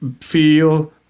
feel